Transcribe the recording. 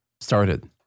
started